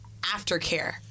aftercare